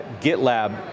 GitLab